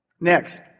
Next